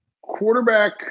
quarterback